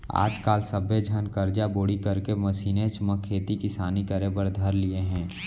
आज काल सब्बे झन करजा बोड़ी करके मसीनेच म खेती किसानी करे बर धर लिये हें